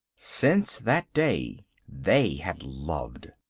since that day they had loved.